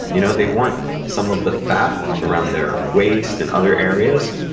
you know they want some of the fat around their waist, and other areas,